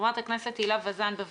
חברת הכנסת הילה וזאן, בבקשה.